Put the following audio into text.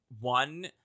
one